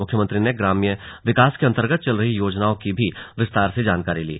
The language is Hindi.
मुख्यमंत्री ने ग्राम्य विकास के अन्तर्गत चल रही योजनाओं की भी विस्तार से जानकारी ली